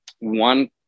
one